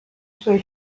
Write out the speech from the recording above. suoi